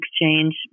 exchange